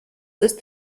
ist